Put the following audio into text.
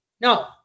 No